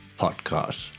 Podcast